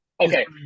Okay